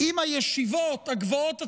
עם הישיבות הגבוהות הציוניות,